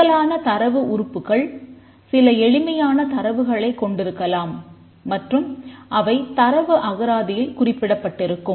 சிக்கலான தரவு உறுப்புக்கள் சில எளிமையான தரவுகளைக் கொண்டிருக்கலாம் மற்றும் அவை தரவு அகராதியில் குறிப்பிடப்பட்டிருக்கும்